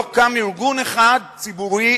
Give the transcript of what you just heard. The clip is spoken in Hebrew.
לא קם ארגון אחד, ציבורי,